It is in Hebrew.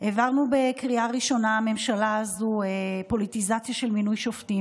העברנו בקריאה ראשונה פוליטיזציה של מינוי שופטים,